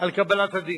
על קבלת הדין.